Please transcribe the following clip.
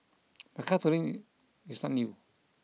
but carpooling is not new